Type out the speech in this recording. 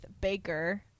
Baker